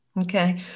Okay